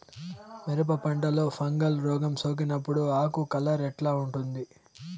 మిరప పంటలో ఫంగల్ రోగం సోకినప్పుడు ఆకు కలర్ ఎట్లా ఉంటుంది?